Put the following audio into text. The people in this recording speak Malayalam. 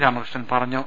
രാമകൃഷ്ണൻ പറഞ്ഞു